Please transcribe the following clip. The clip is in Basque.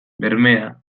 bermea